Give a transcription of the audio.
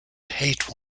hate